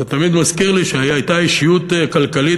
זה תמיד מזכיר לי שהייתה אישיות כלכלית